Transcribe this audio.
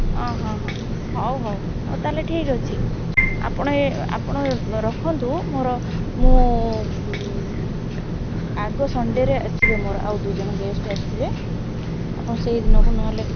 ହଁ ହଁ ହଁ ହଉ ହଉ ହଉ ତା'ହେଲେ ଠିକ୍ ଅଛି ଆପଣ ଏ ଆପଣ ରଖନ୍ତୁ ମୋର ମୁଁ ଆଗ ସନ୍ଡ଼େରେ ଆସିବେ ମୋର ଆଉ ଦୁଇ ଜଣ ଗେଷ୍ଟ୍ ଆସିବେ ଆପଣ ସେହି ଦିନକୁ ନହେଲେ